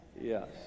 Yes